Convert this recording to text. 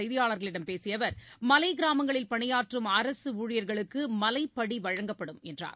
செய்தியாளர்களிடம் பேசியஅவர் பின்னர் மலைகிராமங்களில் பணியாற்றம் அரசுஊழியர்களுக்குமலைப்படிவழங்கப்படும் என்றார்